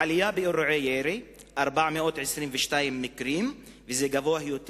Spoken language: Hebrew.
היתה עלייה באירועי ירי, 452 מקרים, וזה גבוה יותר